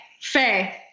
Faye